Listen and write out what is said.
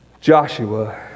Joshua